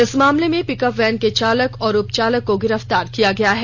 इस मामले में पिकप वैन के चालक एवं उपचालक को गिरफ्तार किया है